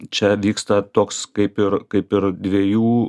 čia vyksta toks kaip ir kaip ir dviejų